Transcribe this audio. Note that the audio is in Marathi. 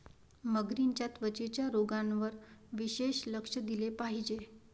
मगरींच्या त्वचेच्या रोगांवर विशेष लक्ष दिले पाहिजे